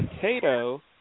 Potato